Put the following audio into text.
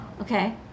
okay